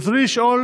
רצוני לשאול: